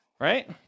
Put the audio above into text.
right